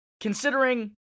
considering